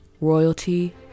Royalty